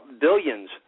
billions